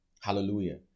Hallelujah